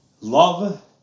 Love